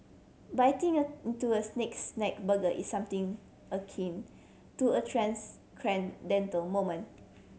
biting into a Snake Snack burger is something akin to a moment